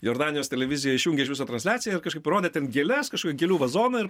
jordanijos televizija išjungė iš viso transliaciją ir kažkaip parodė ten gėles kažkokį gėlių vazoną ir